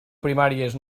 primàries